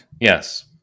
Yes